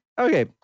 okay